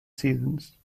seasons